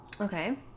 Okay